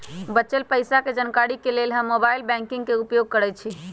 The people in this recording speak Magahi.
बच्चल पइसा के जानकारी के लेल हम मोबाइल बैंकिंग के उपयोग करइछि